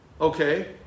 Okay